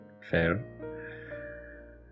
Fair